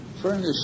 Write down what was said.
furnish